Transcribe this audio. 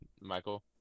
Michael